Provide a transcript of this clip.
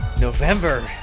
November